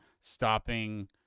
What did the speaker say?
stopping